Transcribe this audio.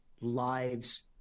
lives